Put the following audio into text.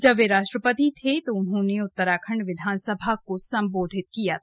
जब वे राष्ट्रपति थे तो उन्होंने उत्तराखण्ड विधानसभा को सम्बोधित किया था